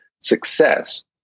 success